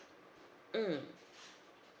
mm